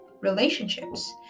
relationships